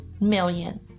million